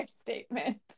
statement